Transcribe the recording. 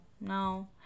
no